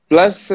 Plus